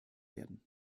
werden